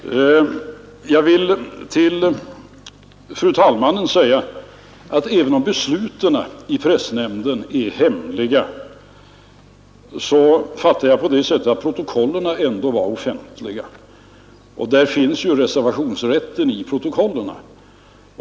Jag vill till fru talmannen säga att även om besluten i pressnämnden är hemliga så fattade jag det på det sättet att protokollen ändå var offentliga. Och där finns ju reservationsrätten i protokollen.